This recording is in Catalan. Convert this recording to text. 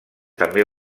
també